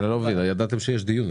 אבל אני לא מבין, ידעתם שיש דיון.